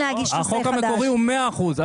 החוק המקורי הוא 100 אחוזים.